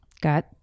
Got